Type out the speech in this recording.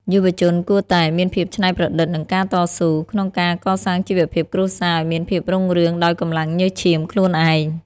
យុវជនគួរតែ "មានភាពច្នៃប្រឌិត និងការតស៊ូ" ក្នុងការកសាងជីវភាពគ្រួសារឱ្យមានភាពរុងរឿងដោយកម្លាំងញើសឈាមខ្លួនឯង។